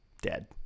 dead